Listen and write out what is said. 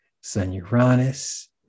Sun-Uranus